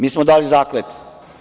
Mi smo dali zakletvu.